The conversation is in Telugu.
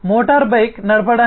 మోటారు బైక్ నడపడానికి